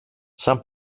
σαν